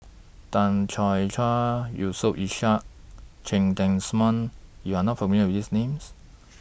Tan Choo Yusof Ishak Cheng Tsang Man YOU Are not familiar with These Names